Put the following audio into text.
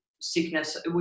sickness